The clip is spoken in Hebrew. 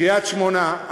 קריית-שמונה,